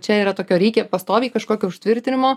čia yra tokio reikia pastoviai kažkokio užtvirtinimo